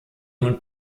und